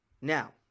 Now